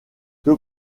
que